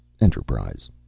Enterprise